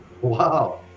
wow